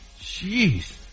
Jeez